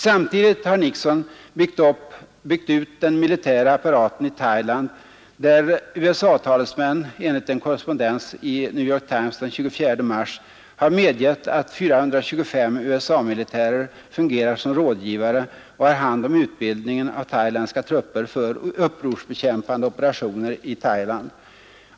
Samtidigt har Nixon byggt ut den militära apparaten i Thailand, där USA-talesmän, enligt en korrespondens i New York Times den 24 mars, har medgett att 425 USA-militärer fungerar som rådgivare och har hand om utbildningen av thailändska trupper för upprorsbekämpande operationer i Thailand.